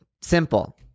Simple